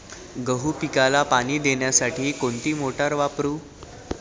गहू पिकाला पाणी देण्यासाठी कोणती मोटार वापरू?